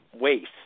waste